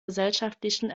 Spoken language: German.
gesellschaftlichen